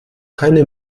keine